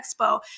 expo